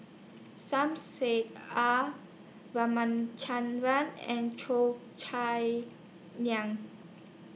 Som Said R Ramachandran and Cheo Chai Niang